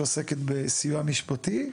שעוסקת בסיוע משפטי.